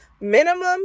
Minimum